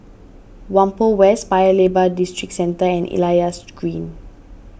Whampoa West Paya Lebar Districentre and Elias Green